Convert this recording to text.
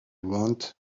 want